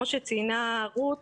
כמו שציינה רות,